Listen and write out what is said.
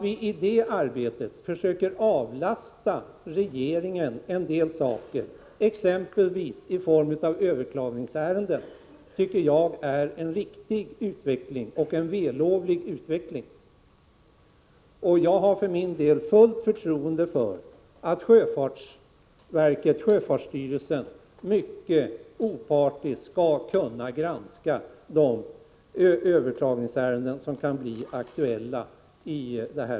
Vi kan försöka avlasta regeringen en del saker, exempelvis överklagningsärenden. Jag tycker att det är en rimlig och vällovlig utveckling. Jag är övertygad om att sjöfartsverket opartiskt kommer att granska de överklagningsärenden som kan bli aktuella.